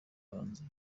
bahanzi